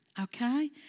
Okay